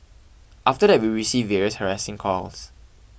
after that we received various harassing calls